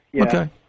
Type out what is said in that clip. Okay